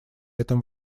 этом